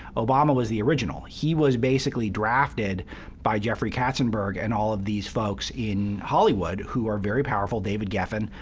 obama was the original. he was basically drafted by jeffrey katzenberg and all of these folks in hollywood who are very powerful david geffen,